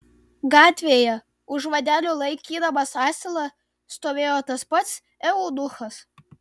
gatvėje už vadelių laikydamas asilą stovėjo tas pats eunuchas